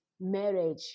marriage